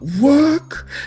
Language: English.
work